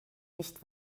nicht